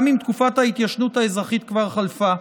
גם אם תקופת ההתיישנות האזרחית כבר חלפה.